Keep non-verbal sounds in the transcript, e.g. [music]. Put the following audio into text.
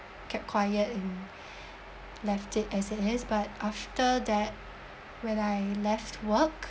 kept quiet and [breath] left it as it is but after that when I left work